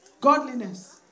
Godliness